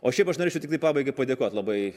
o šiaip aš norėčiau tiktai pabaigai padėkot labai